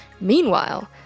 Meanwhile